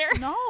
No